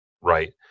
right